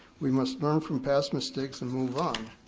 we must learn from past mistakes and move on.